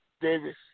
Davis